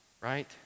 right